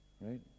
Right